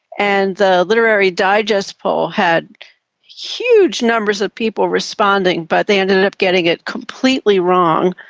and the literary digest poll had huge numbers of people responding but they ended up getting it completely wrong,